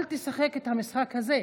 אל תשחק את המשחק הזה.